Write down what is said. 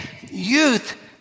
youth